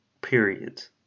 periods